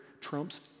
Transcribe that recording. trumps